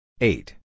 eight